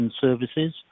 services